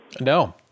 No